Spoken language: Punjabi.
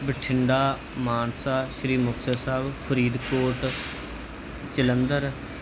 ਬਠਿੰਡਾ ਮਾਨਸਾ ਸ਼੍ਰੀ ਮੁਕਤਸਰ ਸਾਹਿਬ ਫਰੀਦਕੋਟ ਜਲੰਧਰ